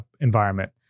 environment